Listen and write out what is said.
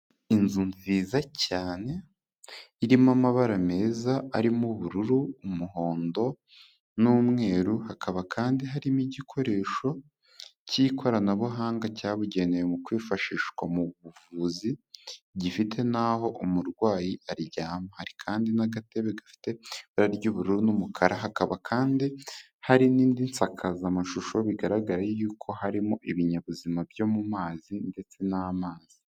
Inzu nziza cyane, irimo amabara meza, arimo ubururu umuhondo n'umweru, hakaba kandi harimo igikoresho cy'ikoranabuhanga cyabugenewe mu kwifashishwa mu buvuzi, gifite n'aho umurwayi aryama. Hari kandi n'agatebe gafite ibara ry'ubururu n'umukara, hakaba kandi hari n'indi nsakazamashusho bigaragara yuko harimo ibinyabuzima byo mu mazi ndetse n'amazi.